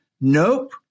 nope